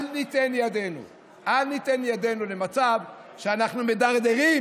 בל ניתן ידנו למצב שאנחנו מדרדרים